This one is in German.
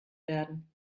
werden